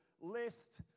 Lest